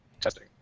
testing